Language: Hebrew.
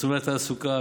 מסלולי תעסוקה,